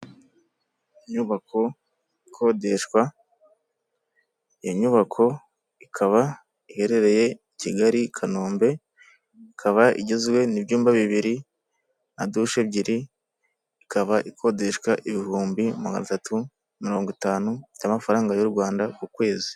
Inyubako ikodeshwa, iyo nyubako ikaba iherereye i Kigali Kanombe ikaba igizwe n'ibyumba bibiri na dushe ebyiri, ikaba ikodeshwa ibihumbi magana atatu na mirongo itanu y'amafaranga y'u rwanda ku kwezi.